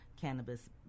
cannabis